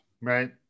Right